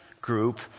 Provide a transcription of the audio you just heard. group